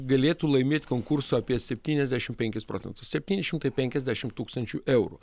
galėtų laimėt konkursų apie septyniasdešim penkis procentus septyni šimtai penkiasdešim tūkstančių eurų